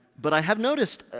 but i have noticed,